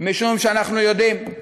משום שאנחנו יודעים: